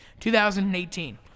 2018